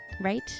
right